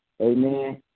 Amen